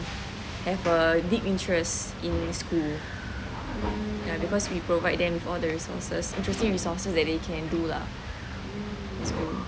have a deep interest in school ya because we provide them with all the resources basically resources that they can do lah